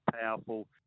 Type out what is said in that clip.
powerful